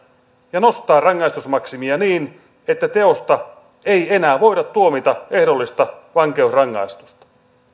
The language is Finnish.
ja nostaa rangaistusmaksimia niin että teosta ei enää voida tuomita ehdollista vankeusrangaistusta